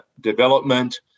development